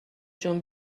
جون